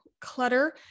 clutter